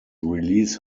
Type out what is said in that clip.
release